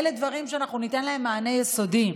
אלה דברים שאנחנו ניתן להם מענה יסודי,